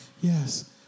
Yes